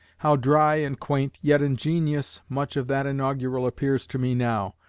how dry and quaint, yet ingenious, much of that inaugural appears to me now,